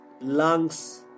lungs